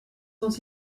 dont